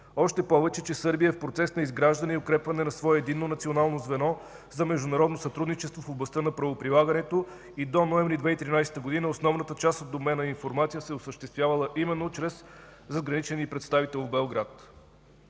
още повече че Сърбия е в процес на изграждане и укрепване на свое единно национално звено за международно сътрудничество в областта на правоприлагането и до ноември 2013 г. основната част от обмена на информация се е осъществявала именно чрез задграничният ни представител в Белград.